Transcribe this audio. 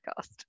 podcast